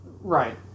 Right